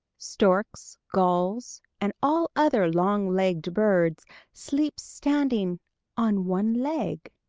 storks, gulls and all other long-legged birds sleep standing on one leg.